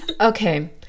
Okay